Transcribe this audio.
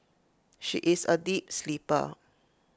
she is A deep sleeper